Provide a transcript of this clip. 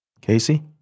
Casey